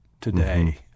today